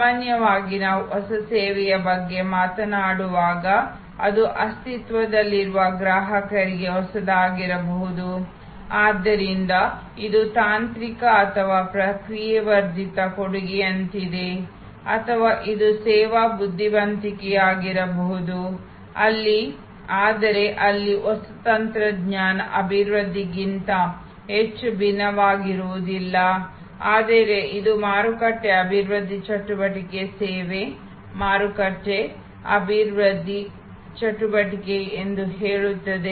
ಸಾಮಾನ್ಯವಾಗಿ ನಾವು ಹೊಸ ಸೇವೆಯ ಬಗ್ಗೆ ಮಾತನಾಡುವಾಗ ಅದು ಅಸ್ತಿತ್ವದಲ್ಲಿರುವ ಗ್ರಾಹಕರಿಗೆ ಹೊಸದಾಗಿರಬಹುದು ಆದ್ದರಿಂದ ಇದು ತಾಂತ್ರಿಕ ಅಥವಾ ಪ್ರಕ್ರಿಯೆ ವರ್ಧಿತ ಕೊಡುಗೆಯಂತಿದೆ ಅಥವಾ ಇದು ಸೇವಾ ಬುದ್ಧಿವಂತಿಕೆಯಾಗಿರಬಹುದು ಆದರೆ ಇಲ್ಲಿ ಹೊಸ ತಂತ್ರಜ್ಞಾನ ಅಭಿವೃದ್ಧಿಗಿಂತ ಹೆಚ್ಚು ಭಿನ್ನವಾಗಿರುವುದಿಲ್ಲ ಆದರೆ ಇದು ಮಾರುಕಟ್ಟೆ ಅಭಿವೃದ್ಧಿ ಚಟುವಟಿಕೆ ಸೇವೆ ಮಾರುಕಟ್ಟೆ ಅಭಿವೃದ್ಧಿ ಚಟುವಟಿಕೆ ಎಂದು ಹೇಳುತ್ತದೆ